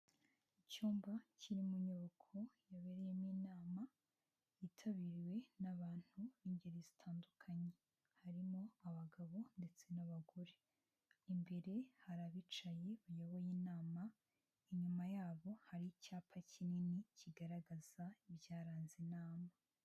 Icyumba kiri mu nyubako yabereyemo inama, yitabiriwe n'abantu b'ingeri zitandukanye, harimo abagabo ndetse n'abagore, imbere hari abicaye bayoboye inama, inyuma yabo hari icyapa kinini kigaragaza ibyaranze inama.